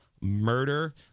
murder